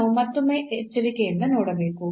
ನಾವು ಮತ್ತೊಮ್ಮೆ ಎಚ್ಚರಿಕೆಯಿಂದ ನೋಡಬೇಕು